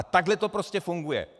Takhle to prostě funguje.